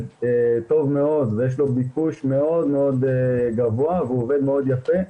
טוב מאוד ויש לו ביקוש מאוד מאוד גבוה והוא עובד מאוד יפה,